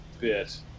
bit